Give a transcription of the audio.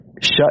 shut